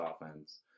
offense